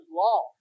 law